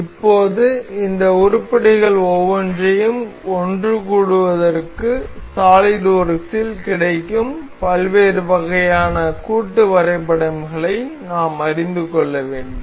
இப்போது இந்த உருப்படிகள் ஒவ்வொன்றையும் ஒன்றுகூடுவதற்கு சாலிட்வொர்க்ஸில் கிடைக்கும் பல்வேறு வகையான கூட்டு வரைபடம்களை நாம் அறிந்து கொள்ள வேண்டும்